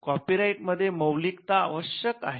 कॉपीराइटमध्ये मौलिकता आवश्यक आहे